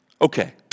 Okay